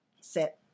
sit